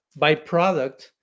byproduct